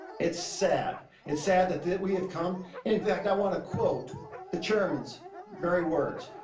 it's sad. it's sad that that we have come in fact, i want to quote the chairman's very words.